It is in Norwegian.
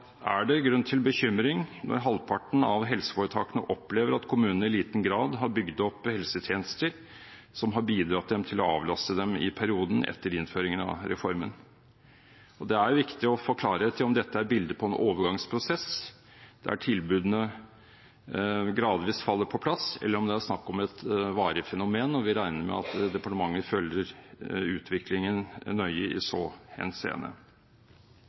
er det grunn til bekymring når halvparten av helseforetakene opplever at kommunene i liten grad har bygget opp helsetjenester som har bidratt til å avlaste dem i perioden etter innføringen av reformen. Det er viktig å få klarhet i om dette er et bilde på en overgangsprosess der tilbudene gradvis faller på plass, eller om det er snakk om et varig fenomen. Vi regner med at departementet følger utviklingen nøye i så henseende.